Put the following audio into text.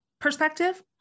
Perspective